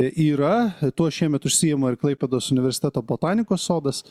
yra tuo šiemet užsiima ir klaipėdos universiteto botanikos sodas